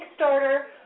Kickstarter